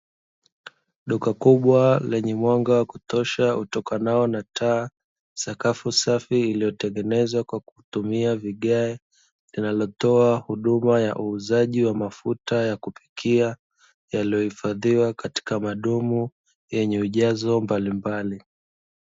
Duka kubwa lenye mwanga wa kutosha utokanao na taa, sakafu safi iliyotengenezwa kwa kutumia vigae, linalotoa huduma ya uuzaji wa mafuta ya kupikia, yaliyohifadhiwa katika madumu yenye ujazo mbalimbali.